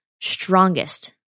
strongest